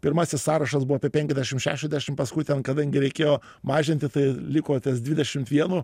pirmasis sąrašas buvo apie penkiasdešim šešiasdešim paskui ten kadangi reikėjo mažinti tai liko ties dvidešim vienu